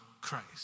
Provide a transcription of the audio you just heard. Christ